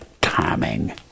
timing